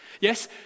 yes